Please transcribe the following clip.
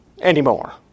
anymore